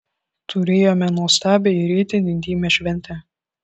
turėjome nuostabią ir itin intymią šventę